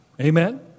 Amen